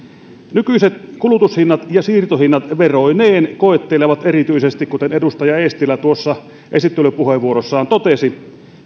nykyiset kulutus hinnat ja siirtohinnat veroineen koettelevat erityisesti kuten edustaja eestilä tuossa esittelypuheenvuorossaan totesi